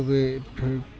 बेखो बे